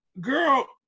girl